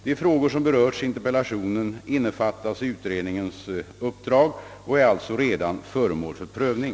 De frågor som berörts i interpellationen innefattas i utredningens uppdrag och är alltså redan föremål för prövning.